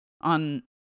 on